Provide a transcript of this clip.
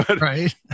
Right